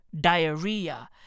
diarrhea